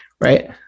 right